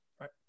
Right